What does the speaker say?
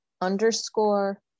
underscore